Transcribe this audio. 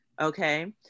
Okay